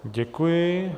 Děkuji.